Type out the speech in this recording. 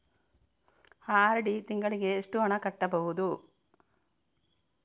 RD ತಿಂಗಳಿಗೆ ಎಷ್ಟು ಹಣ ಕಟ್ಟಬಹುದು?